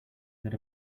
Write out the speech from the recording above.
that